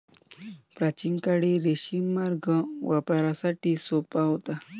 प्राचीन काळी रेशीम मार्ग व्यापारासाठी सोपा होता